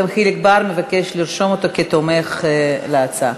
גם חיליק בר מבקש לרשום אותו כתומך בהצעה.